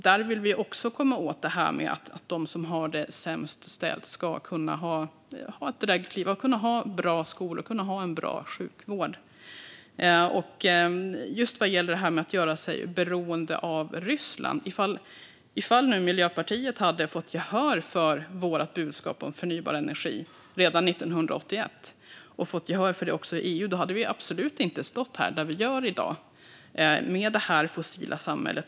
Där vill vi också komma åt detta, så att de som har det sämst ställt ska kunna ha ett drägligt liv, bra skolor och en bra sjukvård. Just vad gäller detta med att göra sig beroende av Ryssland vill jag säga att om vi i Miljöpartiet hade fått gehör för vårt budskap om förnybar energi redan 1981 och fått gehör för det också i EU hade vi inte stått där vi är i dag, med det fossila samhället.